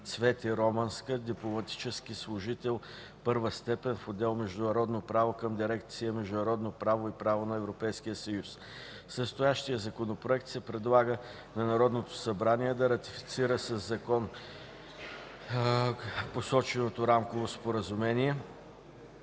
Цвети Романска – дипломатически служител първа степен в отдел „Международно право” към дирекция „Международно право и право на ЕС”. С настоящия Законопроект се предлага на Народното събрание да ратифицира със закон горепосоченото Рамково споразумение.